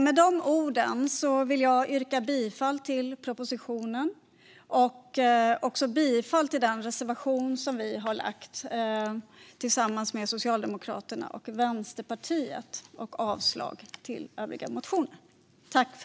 Med de orden vill jag yrka bifall till propositionen och till vår reservation tillsammans med Socialdemokraterna och Vänsterpartiet. Jag yrkar avslag på övriga motioner.